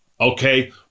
okay